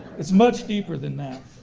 it's much deeper than that.